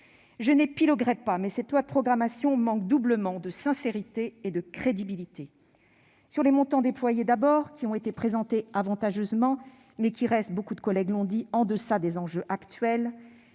Je n'épiloguerai pas, mais cette loi de programmation manque doublement de sincérité et de crédibilité : d'abord, sur les montants déployés, qui ont été présentés avantageusement, mais qui restent- nombre de mes collègues l'ont dit -en deçà des enjeux actuels